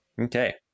Okay